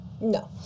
No